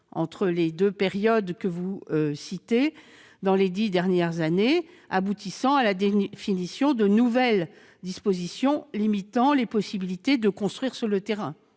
entre les deux périodes que vous mentionnez, au cours des dix dernières années, aboutissant à la définition de nouvelles dispositions limitant les possibilités de construire sur le terrain